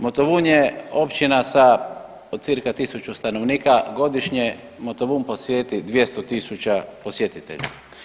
Motovun je općina sa cca 1000 stanovnika, godišnje Motovun posjeti 200.000 posjetitelja.